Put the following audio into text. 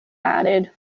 added